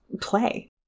play